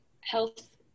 health